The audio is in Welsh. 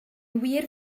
wir